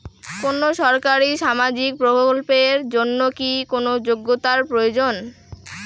কোনো সরকারি সামাজিক প্রকল্পের জন্য কি কোনো যোগ্যতার প্রয়োজন?